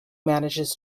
manages